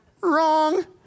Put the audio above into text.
Wrong